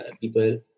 people